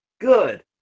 good